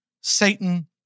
Satan